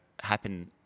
happen